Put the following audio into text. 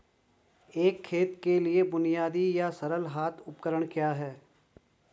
एक खेत के लिए बुनियादी या सरल हाथ उपकरण क्या हैं?